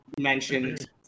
mentioned